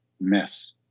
mess